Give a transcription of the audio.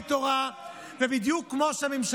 בדוק נתונים,